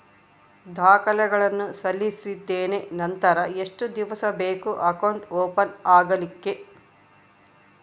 ದಾಖಲೆಗಳನ್ನು ಸಲ್ಲಿಸಿದ್ದೇನೆ ನಂತರ ಎಷ್ಟು ದಿವಸ ಬೇಕು ಅಕೌಂಟ್ ಓಪನ್ ಆಗಲಿಕ್ಕೆ?